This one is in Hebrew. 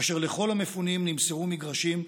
כאשר לכל המפונים נמסרו מגרשים,